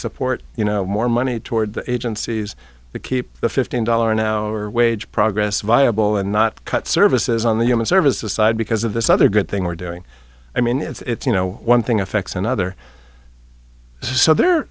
support you know more money toward the agencies to keep the fifteen dollars an hour wage progress viable and not cut services on the human services side because of this other good thing we're doing i mean it's you know one thing affects another so they're